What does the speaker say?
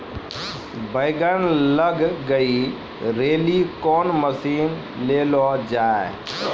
बैंगन लग गई रैली कौन मसीन ले लो जाए?